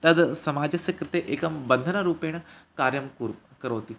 तद् समाजस्य कृते एकं बन्धनरूपेण कार्यं कुर् करोति